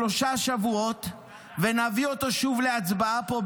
רק בגלל שעליזה מרשה לך כי זה מרוקאים.